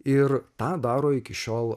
ir tą daro iki šiol